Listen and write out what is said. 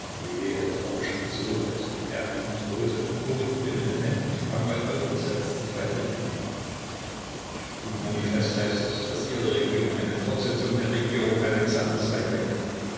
aber schrie so als ob er ihm drohte fuchtelte mit den händen sprang bald auf und setzte sich bald wieder hin im manifest heißt es daß ihre regierung eine fortsetzung der regierung alexanders sein werde